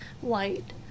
white